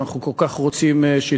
שאנחנו כל כך רוצים שתתקיימנה.